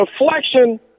reflection